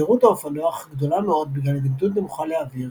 מהירות האופנוח גדולה מאוד בגלל התנגדות נמוכה לאוויר